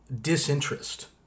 disinterest